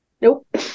Nope